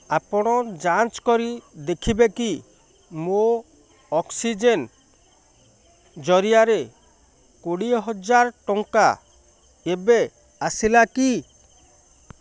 ଆପଣ ଯାଞ୍ଚ କରି ଦେଖିବେକି ମୋ ଅକ୍ସିଜେନ୍ ଜରିଆରେ କୋଡ଼ିଏ ହଜାର ଟଙ୍କା ଏବେ ଆସିଲାକି